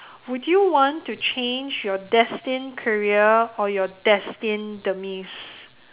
would you want to change your destined career or your destined demise